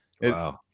wow